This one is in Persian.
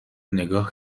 نگاه